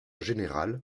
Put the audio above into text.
général